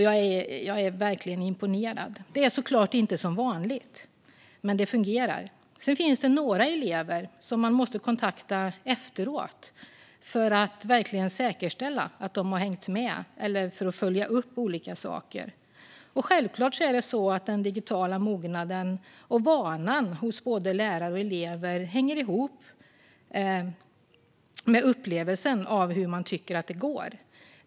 Jag är verkligen imponerad. Det är såklart inte som vanligt, men det fungerar. Sedan finns det några elever som man måste kontakta efteråt för att verkligen säkerställa att de har hängt med eller för att följa upp olika saker. Självklart är det så att den digitala mognaden och vanan hos både lärare och elever hänger ihop med upplevelsen av hur man tycker att det går.